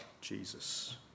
Jesus